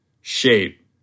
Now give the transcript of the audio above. shape